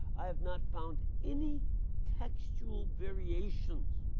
i have not found any textual variations.